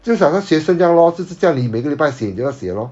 就想到学生这样 lor 就是叫你每个礼拜写你一定要写 lor